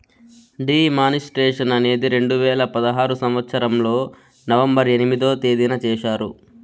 D మానిస్ట్రేషన్ అనేది రెండు వేల పదహారు సంవచ్చరంలో నవంబర్ ఎనిమిదో తేదీన చేశారు